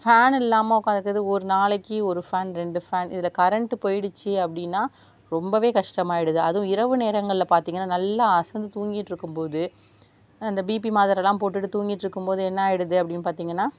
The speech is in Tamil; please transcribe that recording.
ஃபேன் இல்லாமல் உக்காந்து இருக்கிறது ஒரு நாளைக்கு ஒரு ஃபேன் ரெண்டு ஃபேன் இதில் கரண்ட்டு போய்டுச்சி அப்படின்னா ரொம்ப கஷ்டம் ஆகிடுது அதுவும் இரவு நேரங்களில் பார்த்தீங்கன்னா நல்லா அசந்து தூங்கிகிட்ருக்கும்போது அந்த பிபி மாத்திரலாம் போட்டுகிட்டு தூங்கிகிட்ருக்கும்போது என்ன ஆகிடுது அப்டின்னு பார்த்தீங்கன்னா